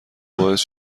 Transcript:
باعث